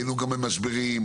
היינו בכל מיני משברים,